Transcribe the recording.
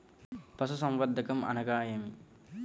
పశుసంవర్ధకం అనగా ఏమి?